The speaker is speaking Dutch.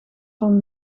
van